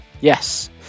Yes